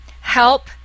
help